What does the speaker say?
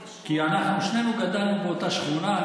כי אנחנו שנינו גרנו באותה שכונה,